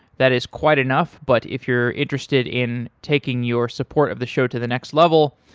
that is quite enough, but if you're interested in taking your support of the show to the next level,